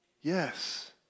yes